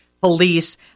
police